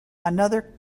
another